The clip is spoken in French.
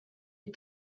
est